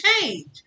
change